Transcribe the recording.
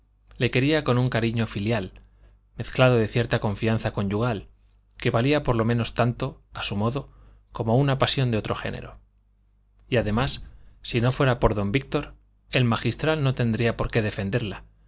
le quería con un cariño filial mezclado de cierta confianza conyugal que valía por lo menos tanto a su modo como una pasión de otro género y además si no fuera por don víctor el magistral no tendría por qué defenderla